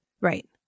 Right